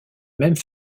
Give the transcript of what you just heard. mêmes